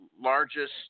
largest